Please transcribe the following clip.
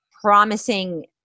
promising